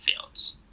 Fields